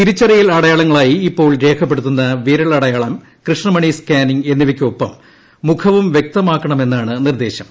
തിരിച്ചറിയൽ അടയാളങ്ങളായി ഇപ്പോൾ രേഖപ്പെടുത്തുന്ന വിരലടയാളം കൃഷ്ണമണി സ്കാനിംഗ് എന്നിവയ്ക്കൊപ്പം മുഖവും വ്യക്തമാക്കണമെന്നാണ് നിർദ്ദേശം